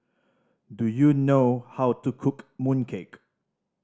do you know how to cook mooncake